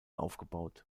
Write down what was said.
aufgebaut